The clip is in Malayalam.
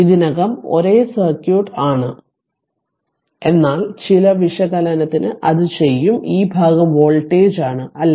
ഇതിനകം ഒരേ സർക്യൂട്ട് ആണ് എന്നാൽ ചില വിശകലനത്തിന് അത് ചെയ്യും ഈ ഭാഗം വോൾട്ടേജാണ് അല്ലേ